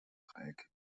dreieckig